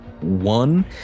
one